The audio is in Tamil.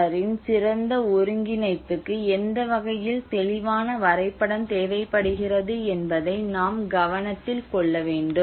ஆரின் சிறந்த ஒருங்கிணைப்புக்கு எந்த வகையில் தெளிவான வரைபடம் தேவைப்படுகிறது என்பதை நாம் கவனத்தில் கொள்ள வேண்டும்